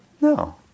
no